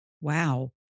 Wow